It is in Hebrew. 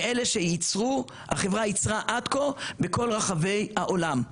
מאלה שיצרו, החברה יצרה עד כה בכל רחבי העולם.